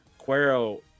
Cuero